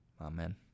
Amen